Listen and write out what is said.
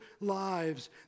lives